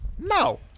No